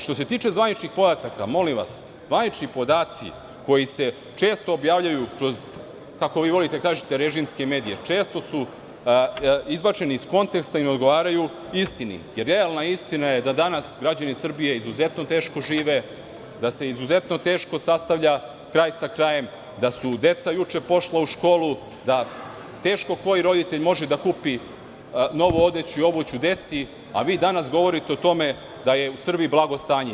Što se tiče zvaničnih podataka, molim vas, zvanični podaci koji se često objavljuju kroz, kako vi volite da kažete – režimske medije, često su izbačeni iz konteksta i ne odgovaraju istini, jer realna istina je da danas građani Srbije izuzetno teško žive, da se izuzetno teško sastavlja kraj sa krajem, da su deca juče pošla u školu, da teško koji roditelj može da kupi novu odeću i obuću deci, a vi danas govorite o tome da je u Srbiji blago stanje.